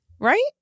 Right